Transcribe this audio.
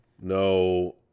no